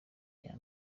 iya